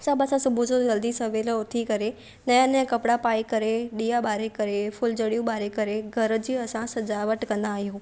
सभु असां सुबुहु जो जल्दी सवेल उथी करे नया नया कपिड़ा पाइ करे ॾीया ॿारे करे फुलझड़ियूं ॿारे करे घर जी असां सजावट कंदा आहियूं